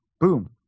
boom